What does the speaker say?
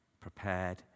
prepared